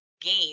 gain